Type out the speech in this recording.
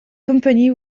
company